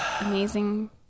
amazing